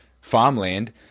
farmland